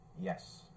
Yes